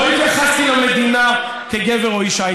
לא התייחסתי למדינה כאל גבר או אישה.